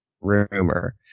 rumor